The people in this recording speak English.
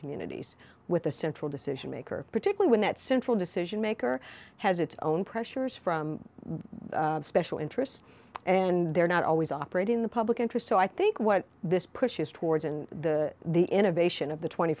communities with a central decision maker particular when that central decision maker has its own pressures from special interests and they're not always operating in the public interest so i think what this pushes towards in the the innovation of